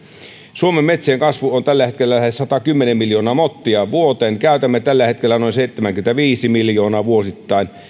suomen metsien kasvu on tällä hetkellä lähes satakymmentä miljoonaa mottia vuodessa käytämme siitä tällä hetkellä noin seitsemänkymmentäviisi miljoonaa vuosittain